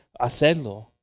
hacerlo